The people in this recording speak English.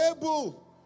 able